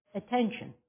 attention